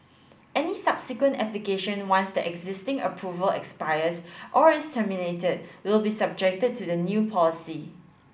any subsequent application once the existing approval expires or is terminated will be subjected to the new policy